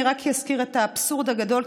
אני רק אזכיר את האבסורד הגדול,